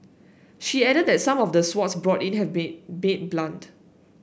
she added that some of the swords brought in have been been blunt